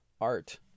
art